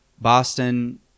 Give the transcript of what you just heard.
Boston